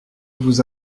vous